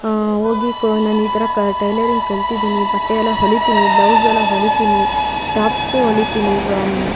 ಹೋಗಿ ನಾನು ಈ ಥರ ಕ ಟೈಲರಿಂಗ್ ಕಲಿತಿದ್ದೀನಿ ಬಟ್ಟೆಯೆಲ್ಲಾ ಹೊಲಿತೀನಿ ಬ್ಲೌಸ್ ಎಲ್ಲ ಹೊಲಿತೀನಿ ಟಾಪ್ಸೂ ಹೊಲಿತೀನಿ ಈಗ